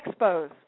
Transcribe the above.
Expos